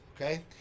okay